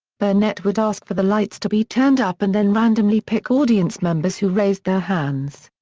burnett would ask for the lights to be turned up and then randomly pick audience members who raised their hands.